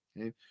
Okay